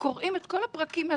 מסחריים ופרטיים.